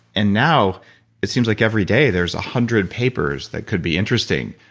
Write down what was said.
and now it seems like every day there's a hundred papers that could be interesting,